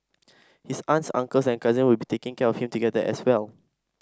his aunts uncles and cousin will be taking care of him together as well